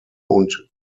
und